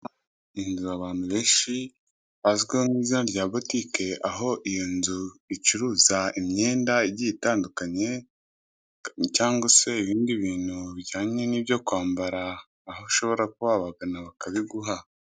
Inzu abantu benshi bazwiho nk'izina rya botike, aho iyo nzu icuruza imyenda igiye itandukanye cyangwa se ibindi bintu bijyanye n'ibyo kwambara aho ushobora kuba wabagana bakabiguha.